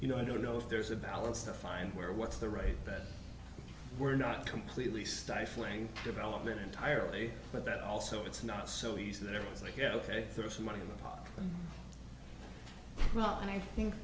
you know i don't know if there's a balance to find where what's the right that we're not completely stifling development entirely but that also it's not so easy that it was like yeah ok there are some money in the pot and i think